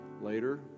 later